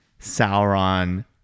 Sauron